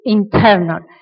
internal